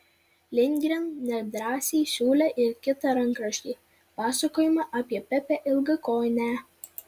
lindgren nedrąsiai siūlė ir kitą rankraštį pasakojimą apie pepę ilgakojinę